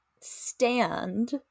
stand